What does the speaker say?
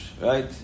Right